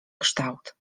kształt